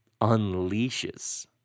unleashes